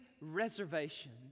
reservation